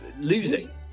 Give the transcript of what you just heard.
losing